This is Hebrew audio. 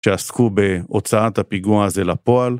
שעסקו בהוצאת הפיגוע הזה לפועל.